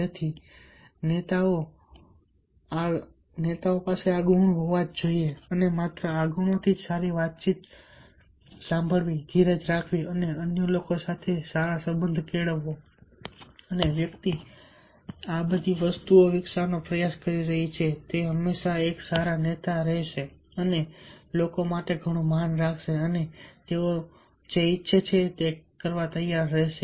તેથી નેતાઓ પાસે આ ગુણો હોવા જ જોઈએ અને માત્ર આ ગુણોથી જ સારી વાતચીત સાંભળવી ધીરજ રાખવી અને અન્ય લોકો સાથે સારા સંબંધ કેળવવો અને વ્યક્તિ આ વસ્તુઓ વિકસાવવાનો પ્રયાસ કરી રહી છે તે હંમેશા એક સારા નેતા રહેશે અને લોકો તેમના માટે ઘણું માન રાખશે અને તેઓ જે ઈચ્છે તે કરવા તૈયાર રહેશે